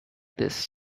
this